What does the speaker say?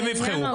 הם יבחרו.